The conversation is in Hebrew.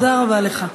תודה רבה לך.